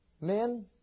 Men